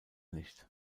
nicht